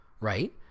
right